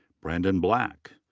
brandon black.